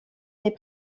n’est